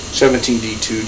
17D2